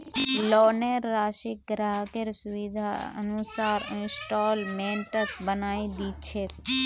लोनेर राशिक ग्राहकेर सुविधार अनुसार इंस्टॉल्मेंटत बनई दी छेक